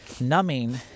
numbing